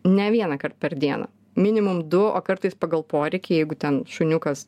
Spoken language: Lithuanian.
ne vienąkart per dieną minimum du o kartais pagal poreikį jeigu ten šuniukas